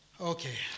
Okay